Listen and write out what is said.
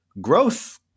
growth